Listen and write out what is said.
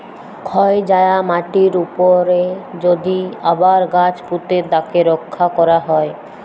ক্ষয় যায়া মাটির উপরে যদি আবার গাছ পুঁতে তাকে রক্ষা ক্যরা হ্যয়